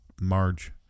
marge